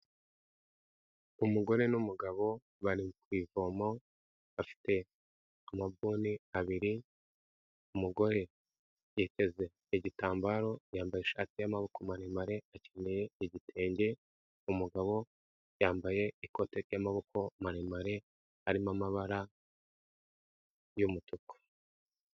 Umugore n'umugabo bari ku ivomo bafite amabuni abiri, umugore yiteze igitambaro yambaye ishati y'amaboko maremare, akeneye igitenge, umugabo yambaye ikote ry'amaboko maremare harimo amabara y'umutuku.